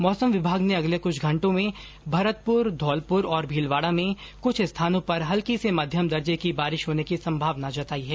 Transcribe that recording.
मौसम विभाग ने अगले कुछ घंटों में भरतपुर धौलपुर और भीलवाडा में कुछ स्थानों पर हल्की से मध्यम दर्जे की बारिश होने की संभावना जताई है